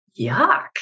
yuck